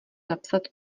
napsat